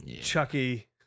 Chucky